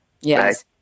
Yes